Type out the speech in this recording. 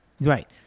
Right